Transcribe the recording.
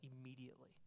immediately